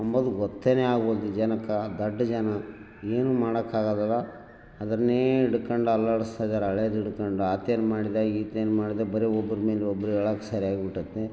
ಅಂಬೋದು ಗೊತ್ತೇನೇ ಆಗ್ವಲ್ದು ಜನಕ್ಕೆ ದಡ್ಡ ಜನ ಏನು ಮಾಡೋಕಾಗೋದಿಲ್ಲ ಅದನ್ನೇ ಹಿಡ್ಕಂಡು ಅಲ್ಲಾಡಿಸ್ತಿದರ್ ಹಳೇದ್ ಹಿಡ್ಕಂಡು ಆತ ಏನುಮಾಡಿದ ಈತ ಏನುಮಾಡಿದ ಬರಿ ಒಬ್ರಮೇಲ್ ಒಬ್ರು ಹೇಳೋಕ್ ಸರಿಯಾಗ್ಬಿಟೈತೆ